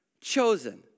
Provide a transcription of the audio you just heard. chosen